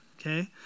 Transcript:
okay